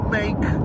make